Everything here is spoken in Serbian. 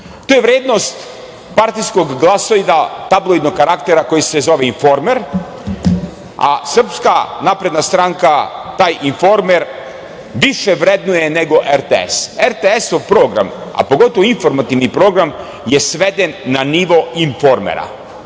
to je vrednost partijskog glasoida tabloidnog karaktera koji se zove "Informer", a SNS taj "Informer" više vrednuje nego RTS.RTS-ov program, a pogotovo informativni program, sveden je na nivo "Informera".